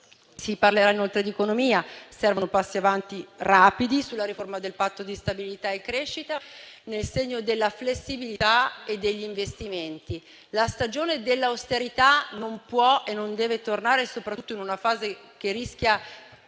Si parlerà inoltre di economia: servono passi avanti rapidi sulla riforma del Patto di stabilità e crescita nel segno della flessibilità e degli investimenti. La stagione dell'austerità non può e non deve tornare, soprattutto in una fase che rischia